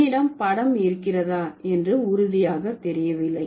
என்னிடம் படம் இருக்கிறதா என்று உறுதியாக தெரியவில்லை